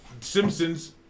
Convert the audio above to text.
Simpsons